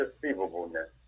deceivableness